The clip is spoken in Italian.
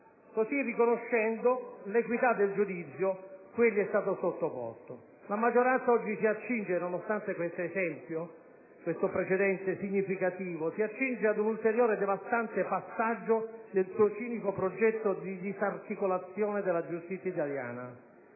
così riconoscendo l'equità del giudizio cui egli è stato sottoposto. La maggioranza oggi si accinge, nonostante questo precedente significativo, ad un ulteriore, devastante passaggio del suo cinico progetto di disarticolazione della giustizia italiana.